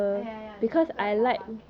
eh ya ya ya 这样这个 lava cake